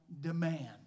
demand